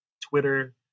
Twitter